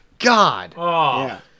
God